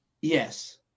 Yes